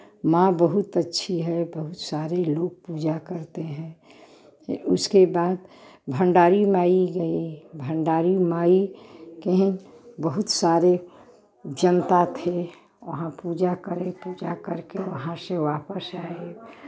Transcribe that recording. माँ बहुत अच्छी है बहुत सारे लोग पूजा करते हैं फिर उसके बाद भण्डारी माई गए भण्डारी माई केहिन बहुत सारे जनता थे वहाँ पूजा करे पूजा करके वहाँ से वापस आए